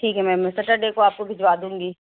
ٹھیک ہے میم میں سٹرڈے کو آپ کو بھجوا دوں گی